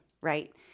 right